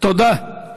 וכפי שאמרנו להם,